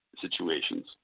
situations